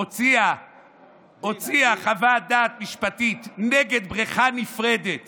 הוציאה חוות דעת משפטית נגד בריכה נפרדת